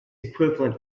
equivalent